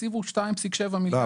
התקציב הוא 2.7 מיליארד לבריאות הנפש.